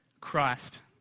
Christ